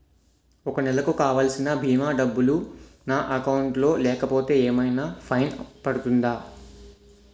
ఒక నెలకు కావాల్సిన భీమా డబ్బులు నా అకౌంట్ లో లేకపోతే ఏమైనా ఫైన్ పడుతుందా?